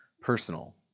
personal